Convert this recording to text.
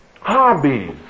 hobbies